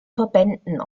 verbänden